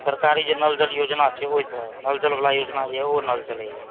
ओ सरकारी जे नल जल योजना छै ओहिसँ नल जल बला योजना जे यऽ ओ नल चलैया